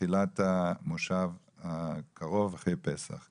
בתחילת המושב הקרוב, אחרי פסח.